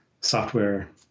software